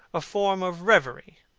a form of reverie,